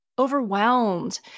overwhelmed